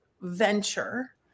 venture